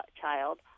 child